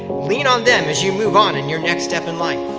lean on them as you move on in your next step in life.